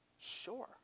Sure